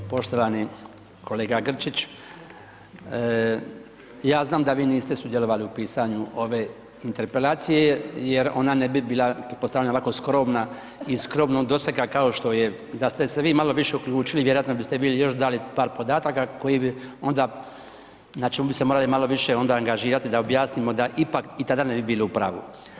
Poštovani kolega Grčić, ja znam da vi niste sudjelovali u pisanju ove interpelacije jer ona ne bi bila, pretpostavljam, ovako skromna i skromnog dosega, kao što je da ste se vi malo više uključili, vjerojatno biste bili još dali par podataka koji bi onda, znači, onda bi se morali malo više onda angažirati da objasnimo da ipak i tada ne bi bili u pravu.